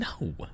No